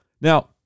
Now